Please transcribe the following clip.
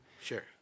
Sure